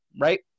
right